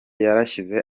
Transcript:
yarashyize